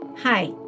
Hi